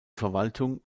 verwaltung